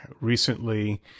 recently